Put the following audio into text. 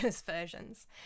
versions